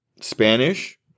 Spanish